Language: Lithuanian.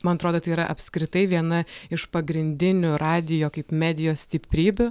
man atrodo tai yra apskritai viena iš pagrindinių radijo kaip medijos stiprybių